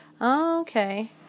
Okay